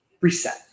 reset